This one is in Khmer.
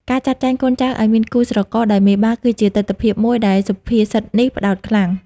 ការចាត់ចែងកូនចៅឱ្យមានគូស្រករដោយមេបា គឺជាទិដ្ឋភាពមួយដែលសុភាសិតនេះផ្តោតខ្លាំង។